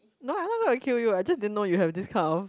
no I'm not gonna kill you I just didn't know you have this kind of